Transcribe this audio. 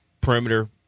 perimeter